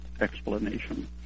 explanation